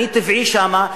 אני טבעי שם,